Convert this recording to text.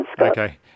Okay